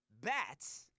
Bats